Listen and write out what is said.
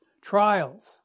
trials